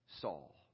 Saul